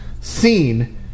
seen